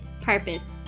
purpose